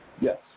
Yes